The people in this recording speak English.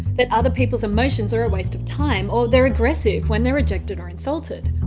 that other people's emotions are a waste of time or they're aggressive when they're rejected or insulted.